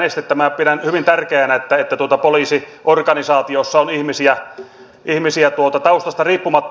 minä pidän hyvin tärkeänä että poliisiorganisaatiossa on ihmisiä taustasta riippumatta